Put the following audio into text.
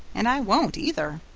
and i won't either.